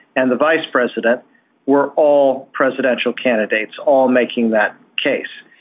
and the vice president were all presidential candidates all making that case.